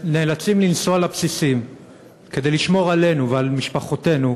שנאלצים לנסוע לבסיסים כדי לשמור עלינו ועל משפחותינו